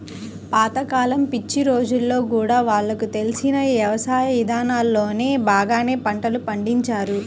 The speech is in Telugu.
పాత కాలం పిచ్చి రోజుల్లో గూడా వాళ్లకు తెలిసిన యవసాయ ఇదానాలతోనే బాగానే పంటలు పండించారు